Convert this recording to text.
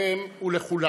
לכם ולכולנו,